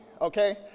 okay